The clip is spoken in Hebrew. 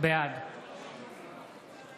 בעד